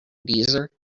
deezer